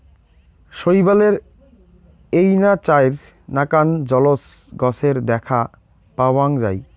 শৈবালের এইনা চাইর নাকান জলজ গছের দ্যাখ্যা পাওয়াং যাই